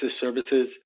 services